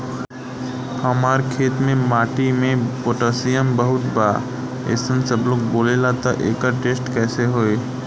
हमार खेत के माटी मे पोटासियम बहुत बा ऐसन सबलोग बोलेला त एकर टेस्ट कैसे होई?